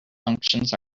functions